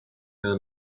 her